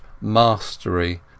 mastery